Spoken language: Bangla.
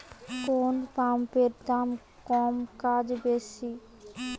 কোন পাম্পের দাম কম কাজ বেশি?